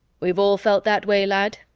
we've all felt that way, lad,